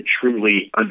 truly